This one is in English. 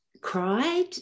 cried